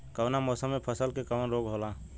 कवना मौसम मे फसल के कवन रोग होला?